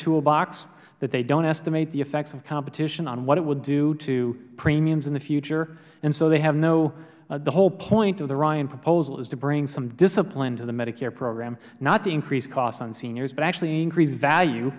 toolbox that they don't estimate the effects of competition on what it will do to premiums in the future and so they have no the whole point of the ryan proposal is to bring some discipline to the medicare program not to increase costs on seniors but actually increase value